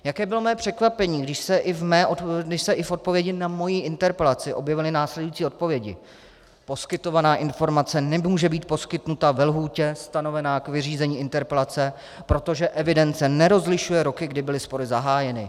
Jaké bylo mé překvapení, když se i v odpovědi na moji interpelaci objevily následující odpovědi: Poskytovaná informace nemůže být poskytnuta ve lhůtě stanovené k vyřízení interpelace, protože evidence nerozlišuje roky, kdy byly spory zahájeny.